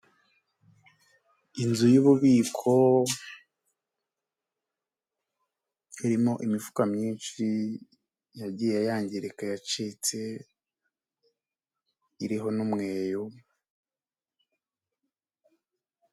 Inzu y'ububiko irimo imifuka myinshi yagiye yangirika yacitse, iriho n'umweyo.